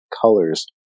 colors